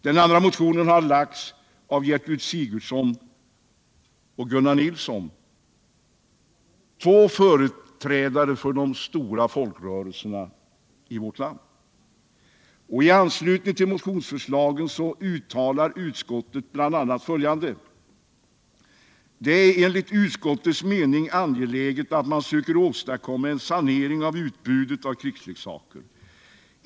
Den andra motionen har avgivits av Gertrud Sigurdsen och Gunnar Nilsson, två företrädare för de stora folkrörelserna i vårt land. I anslutning till motionsförslagen uttalar utskottet bl.a. följande: ”Det är enligt utskottets mening angeläget att man söker åstadkomma en sanering av utbudet av krigsleksaker.